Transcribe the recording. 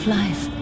life